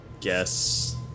guess